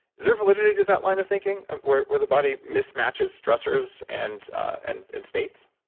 is there a validity to that line of thinking where where the body mismatches stressors and and and states?